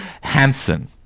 Hansen